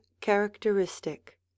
characteristic